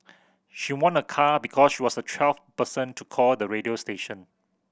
she won a car because she was the twelfth person to call the radio station